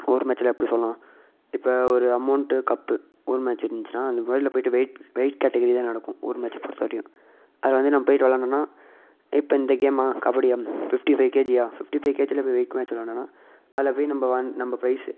ஊர் மேட்சில் எப்படி சொல்லலாம் இப்போ ஒரு அமௌண்ட்டு கப்பு ஊர் மேட்ச் இருந்திச்சின்னா அதில் முதல போய்ட்டு வெயிட் வெயிட் கேட்டகரி தான் நடக்கும் ஊர் மேட்சை பொறுத்த வரையும் அதில் வந்து நம்ம போய்ட்டு விளாண்டன்னா இப்போ இந்த கேம்மா கபடி கேம் ஃபிஃப்டி ஃபை கேஜியாக ஃபிஃப்டி ஃபை கேஜியில போய் ஈக்கு மேட்ச் விளாண்டன்னா அதில் போய் நம்ம வந் நம்ம பிரைஸு